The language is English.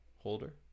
holder